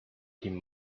him